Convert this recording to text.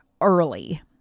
early